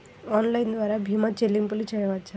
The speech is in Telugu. ఆన్లైన్ ద్వార భీమా చెల్లింపులు చేయవచ్చా?